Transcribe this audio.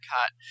Cut